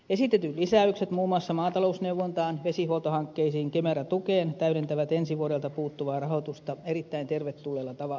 esitetyt lisäykset muun muassa maatalousneuvontaan vesihuoltohankkeisiin kemera tukeen täydentävät ensi vuodelta puuttuvaa rahoitusta erittäin tervetulleella tavalla